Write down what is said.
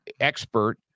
expert